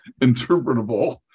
interpretable